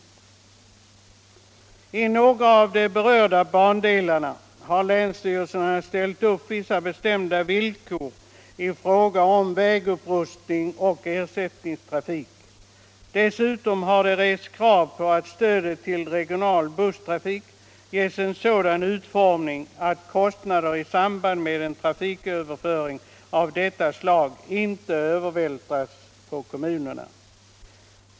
För några av de berörda bandelarna har länsstyrelserna ställt upp vissa bestämda villkor i fråga om vägupprustning och ersättningstrafik. Dessutom har det rests krav på att stödet till regional busstrafik ges en sådan utformning att kostnader i samband med en trafiköverföring av detta slag inte övervältras på kommunerna.